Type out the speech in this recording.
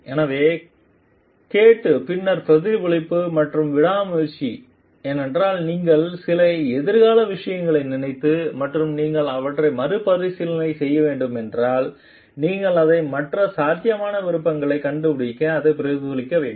எனவே கேட்டு பின்னர் பிரதிபலிப்பு மற்றும் விடாமுயற்சி ஏனெனில் நீங்கள் சில எதிர்கால விஷயங்களை நினைத்து மற்றும் நீங்கள் அவற்றை மறுபரிசீலனை செய்ய வேண்டும் என்றால் நீங்கள் அதை மற்ற சாத்தியமான விருப்பங்களை கண்டுபிடிக்க அதை பிரதிபலிக்க வேண்டும்